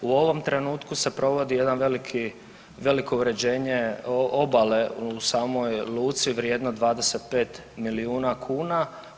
U ovom trenutku se provodi jedan veliki, veliko uređenje obale u samoj luci vrijedno 25 milijuna kuna.